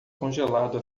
congelado